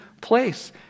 place